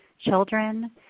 children